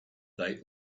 they